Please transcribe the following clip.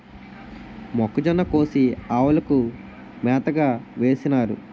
మొక్కజొన్న కోసి ఆవులకు మేతగా వేసినారు